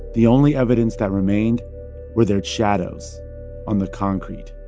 the only evidence that remained were their shadows on the concrete